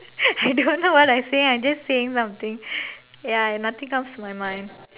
I don't know what I say I just saying something ya nothing comes to my mind